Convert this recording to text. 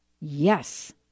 Yes